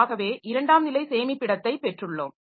ஆகவே இரண்டாம் நிலை சேமிப்பிடத்தைப் பெற்றுள்ளோம்